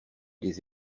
des